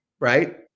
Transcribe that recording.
right